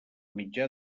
mitjà